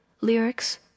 lyrics